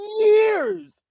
Years